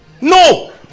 No